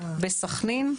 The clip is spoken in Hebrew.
בסכנין.